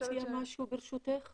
ניתן להציע לו באופן קליני,